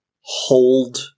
hold